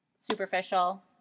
superficial